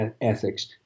ethics